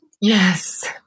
Yes